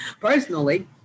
personally